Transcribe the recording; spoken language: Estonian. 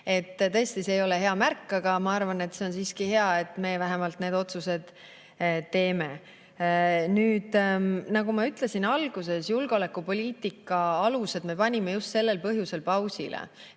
Tõesti, see ei ole hea märk. Aga ma arvan, et on siiski hea, et me vähemalt need otsused teeme. Nagu ma ütlesin alguses, julgeolekupoliitika alused me panime just sellel põhjusel pausile,